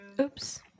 Oops